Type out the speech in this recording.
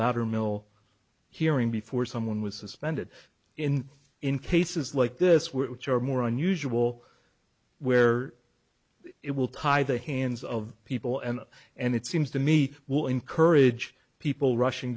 louder mill hearing before someone was suspended in in cases like this which are more unusual where it will tie the hands of people and and it seems to me will encourage people rushing